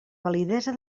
validesa